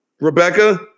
Rebecca